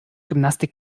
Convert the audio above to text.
gymnastik